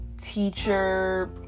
teacher